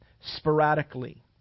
sporadically